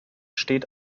steht